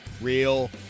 Real